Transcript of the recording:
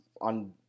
on